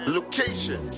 Location